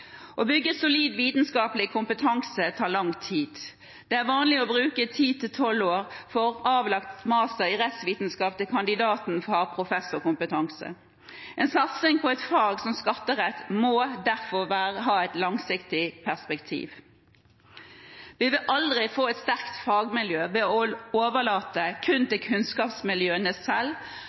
Å bygge solid vitenskapelig kompetanse tar lang tid. Det er vanlig at det går ti til tolv år fra avlagt master i rettsvitenskap til kandidaten har professorkompetanse. En satsing på et fag som skatterett må derfor ha et langsiktig perspektiv. Vi vil aldri få et sterkt fagmiljø ved å overlate dette kun til kunnskapsmiljøene selv